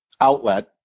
outlet